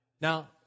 Now